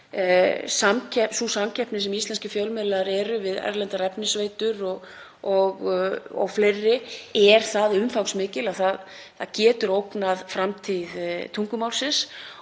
Sú samkeppni sem íslenskir fjölmiðlar eru í við erlendar efnisveitur og fleiri er það umfangsmikil að það getur ógnað framtíð tungumálsins.